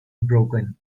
broken